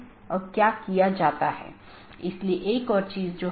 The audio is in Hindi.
इसपर हम फिर से चर्चा करेंगे